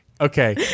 Okay